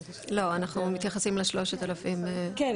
אנחנו מתייחסים ל- 3000. כן,